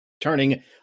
turning